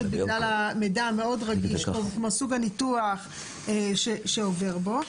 בגלל המידע המאוד רגיש כמו סוג הניתוח שעובר בו.